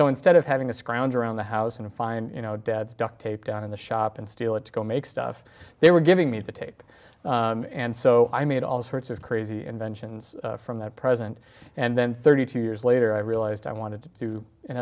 so instead of having to scrounge around the house and find you know dad's duct tape down in the shop and steal it to go make stuff they were giving me to take and so i made all sorts of crazy inventions from that president and then thirty two years later i realized i wanted to do in